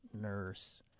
nurse